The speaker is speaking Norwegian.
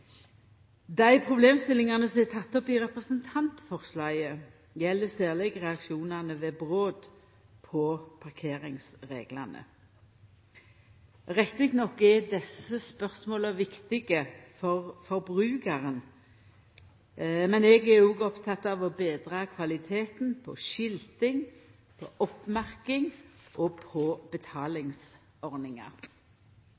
Dei problemstillingane som er tekne opp i representantforslaget, gjeld særleg reaksjonane ved brot på parkeringsreglane. Rett nok er desse spørsmåla viktige for forbrukaren, men eg er òg oppteken av å betra kvaliteten på skilting, på oppmerking og på